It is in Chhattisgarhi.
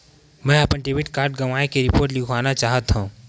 मेंहा अपन डेबिट कार्ड गवाए के रिपोर्ट लिखना चाहत हव